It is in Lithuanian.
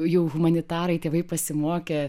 jau humanitarai tėvai pasimokė